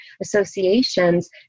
associations